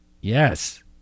Yes